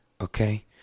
okay